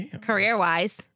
career-wise